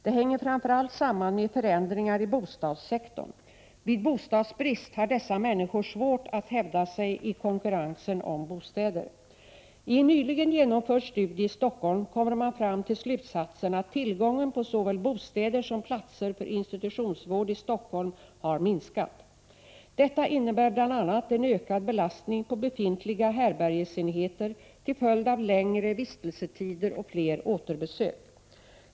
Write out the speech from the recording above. Det hänger framför allt samman med förändringar inom bostadssektorn. Vid bostadsbrist har dessa människor svårt att hävda sig i konkurrensen om bostäder. Ien nyligen genomförd studie i Stockholm kommer man fram till slutsatsen att tillgången på såväl bostäder som platser för institutionsvård i Stockholm har minskat. Detta innebär bl.a. en ökad belastning på befintliga härbärgesenheter till följd av längre vistelsetider och fler återbesök.